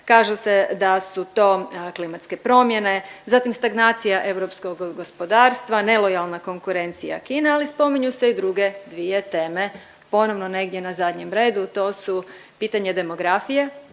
kaže se da su to klimatske promjene, zatim stagnacija europskog gospodarstva, nelojalna konkurencija Kine, ali spominju se i druge dvije teme ponovno negdje na zadnjem redu, to su pitanje demografije